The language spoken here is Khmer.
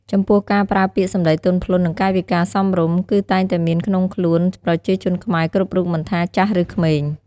ចំពោះការប្រើពាក្យសម្ដីទន់ភ្លន់ និងកាយវិការសមរម្យ គឺតែងតែមានក្នុងខ្លួនប្រជាជនខ្មែរគ្រប់រូបមិនថាចាស់ឬក្មេង។